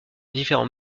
différents